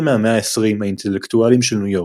מהמאה העשרים האינטלקטואלים של ניו יורק,